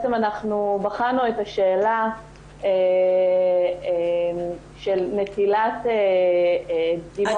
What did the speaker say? אנחנו בחנו את השאלה של נטילת דגימות